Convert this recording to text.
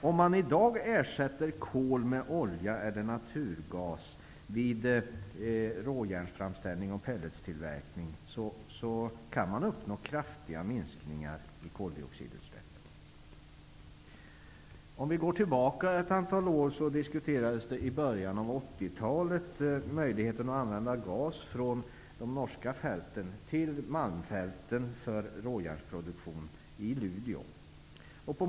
Om man i dag ersätter kol med olja eller naturgas vid råjärnsframställning och pelletstillverkning, kan man uppnå kraftiga minskningar av koldioxidutsläppen. För ett antal år sedan diskuterades möjligheten att i malmfälten använda gas från de norska fälten, för råjärnsproduktion i Luleå.